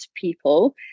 people